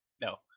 No